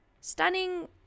stunning